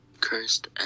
cursed